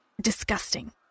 disgusting